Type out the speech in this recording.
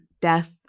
death